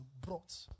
brought